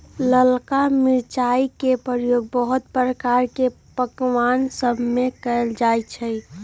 ललका मिरचाई के प्रयोग बहुते प्रकार के पकमान सभमें कएल जाइ छइ